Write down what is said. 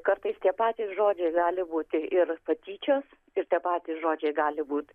kartais tie patys žodžiai gali būti ir patyčios ir tie patys žodžiai gali būti